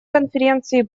конференции